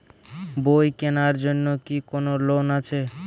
বই কেনার জন্য কি কোন লোন আছে?